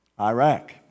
Iraq